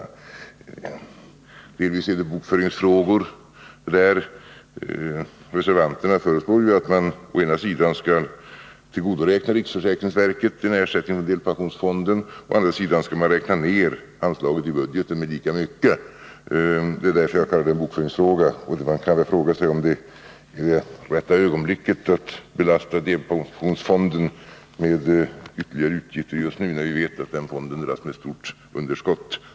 Vi vill närmast se dessa frågor som bokföringsfrågor, där reservanterna föreslår att man på ena sidan skall tillgodoräkna riksförsäkringsverket ersättning från delpensionsfonden och att man å andra sidan skall räkna ner anslaget i budgeten med lika stort belopp — det är därför som jag kallar det för en bokföringsfråga. Man kan undra om det är rätta ögonblicket att belasta delpensionsfonden med ytterligare utgifter just nu, när vi vet att den fonden dras med ett stort underskott.